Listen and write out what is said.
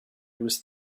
was